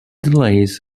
delays